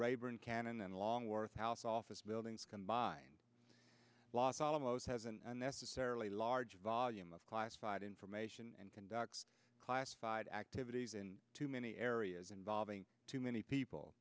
rayburn cannon and longworth house office buildings combined los alamos has and that a large volume of classified information and conduct classified activities in too many areas involving too many people